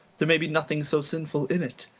there may be nothing so sinful in it.